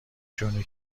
جون